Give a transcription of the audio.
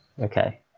okay